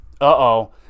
Uh-oh